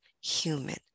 human